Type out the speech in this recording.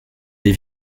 des